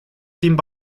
timp